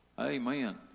Amen